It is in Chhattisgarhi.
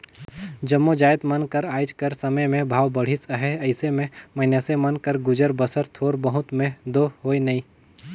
जम्मो जाएत मन कर आएज कर समे में भाव बढ़िस अहे अइसे में मइनसे मन कर गुजर बसर थोर बहुत में दो होए नई